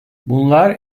bunlar